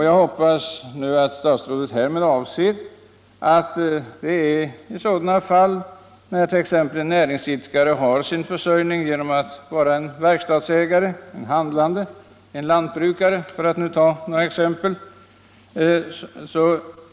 Jag hoppas att statsrådet därmed avser sådana fall som då en näringsidkare — det kan vara en verkstadsägare, en handlande, en lantbrukare — bedriver sin näring på fastigheten.